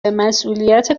مسئولیت